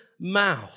mouth